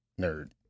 nerd